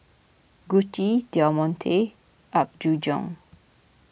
Gucci Del Monte and Apgujeong